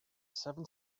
seven